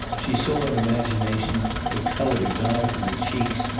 she saw in imagination the colour die from the cheeks,